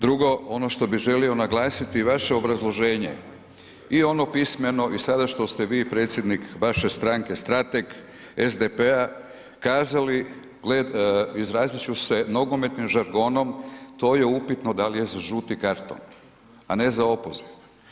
Drugo, ono što bi želio naglasiti, vaše obrazloženje i ono pismeno i sada što ste vi predsjednik vaše stranke strateg SDP-a kazali, izrazit ću se nogometnim žargonom, to je upitno da li je za žuti karton, a ne za opoziv.